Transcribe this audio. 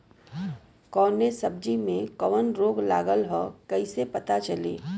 कौनो सब्ज़ी में कवन रोग लागल ह कईसे पता चली?